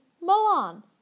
Milan